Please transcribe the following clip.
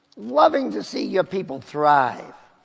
loving to see your people thrive.